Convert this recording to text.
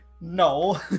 no